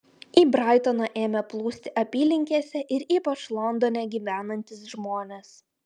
į braitoną ėmė plūsti apylinkėse ir ypač londone gyvenantys žmonės